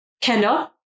Kendall